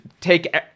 take